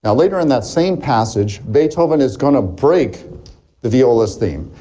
ah later in that same passage, beethoven is going to break the viola's theme.